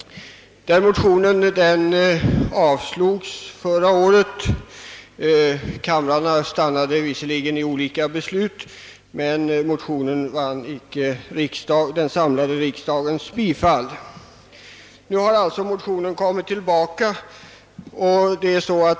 Motionen avslogs förra året. Kamrarna stannade visserligen vid olika beslut, men motionen vann inte den samlade riksdagens bifall. Nu har alltså motionen kommit tillbaka.